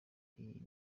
iyi